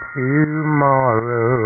tomorrow